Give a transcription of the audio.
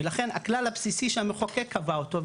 ולכן הכלל הבסיסי שהמחוקק קבע אותו,